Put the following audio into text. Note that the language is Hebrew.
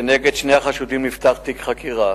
כנגד שני החשודים נפתח תיק חקירה